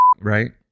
right